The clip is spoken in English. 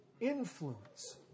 influence